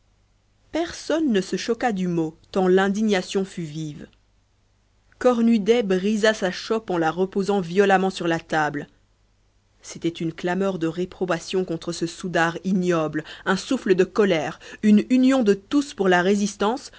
personne ne se choqua du mot tant l'indignation fut vive cornudet brisa sa chope en la reposant violemment sur la table c'était une clameur de réprobation contre ce soudard ignoble un souffle de colère une union de tous pour la résistance